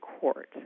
Court